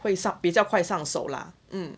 会上比较快上手 lah